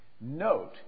note